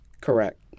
Correct